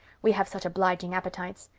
we have such obliging appetites.